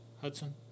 Hudson